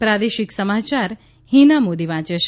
પ્રાદેશિક સમાચાર હિના મોદી વાંચે છે